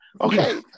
okay